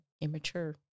immature